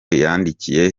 yandikiye